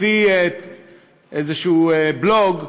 לפי איזה בלוג,